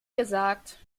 gesagt